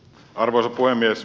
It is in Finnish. arvoisa puhemies